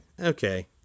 okay